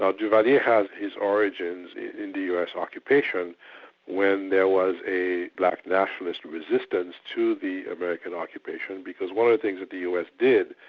ah duvalier has his origins in the us occupation when there was a black nationalist resistance to the american occupation because one of the things that the us did,